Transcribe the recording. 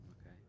Okay